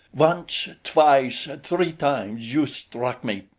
once, twice, three times, you struck me,